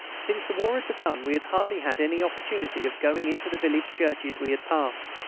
since the war had begun we had hardly had any opportunity of going into the village churches we had passed.